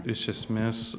iš esmės